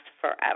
forever